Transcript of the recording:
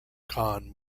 khan